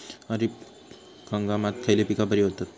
खरीप हंगामात खयली पीका बरी होतत?